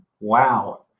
Wow